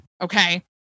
Okay